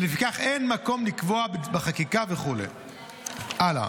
ולפיכך אין מקום לקבוע בחקיקה וכו' הלאה.